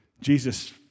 Jesus